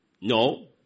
no